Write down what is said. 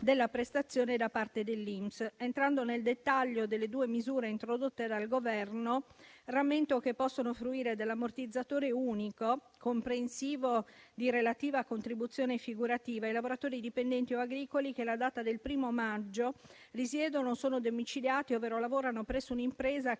della prestazione da parte dell'INPS. Entrando nel dettaglio delle due misure introdotte dal Governo, rammento che possono fruire dell'ammortizzatore unico, comprensivo di relativa contribuzione figurativa, i lavoratori dipendenti o agricoli che alla data del primo maggio risiedono, sono domiciliati o lavorano presso un'impresa